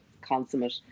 consummate